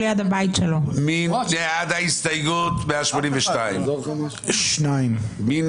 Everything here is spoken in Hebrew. נצביע על הסתייגות 182. מי בעד?